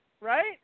Right